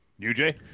UJ